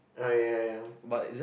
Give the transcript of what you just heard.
oh ya ya ya